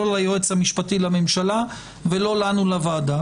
לא ליועץ המשפטי לממשלה ולא לנו לוועדה.